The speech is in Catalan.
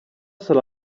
serà